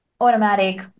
automatic